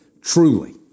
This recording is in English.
Truly